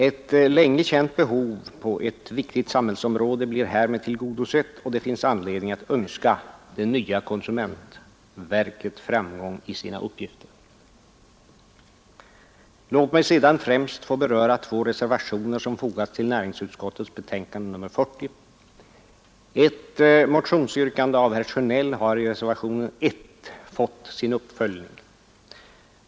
Ett länge känt behov på ett viktigt samhällsområde blir härmed tillgodosett, och det finns anledning att önska det nya konsumentverket framgång i dess uppgifter. Låt mig sedan främst få beröra två reservationer som fogats till näringsutskottets betänkande nr 40. Ett motionsyrkande av herr Sjönell har i reservationen 1 fått sin uppföljning.